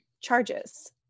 charges